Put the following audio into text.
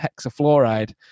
hexafluoride